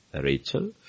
Rachel